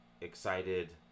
excited